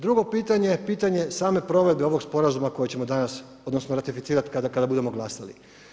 Drugo pitanje je pitanje same provedbe ovog sporazuma koji ćemo danas odnosno ratificirat kada budemo glasali.